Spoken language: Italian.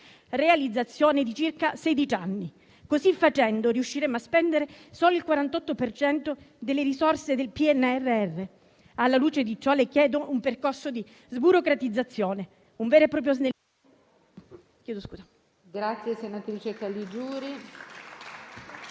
realizzazione di circa sedici anni; così facendo riusciremo a spendere solo il 48 per cento delle risorse del PNRR. Alla luce di ciò le chiedo un percorso di sburocratizzazione, un vero e proprio snellimento.